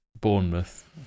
Bournemouth